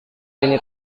ini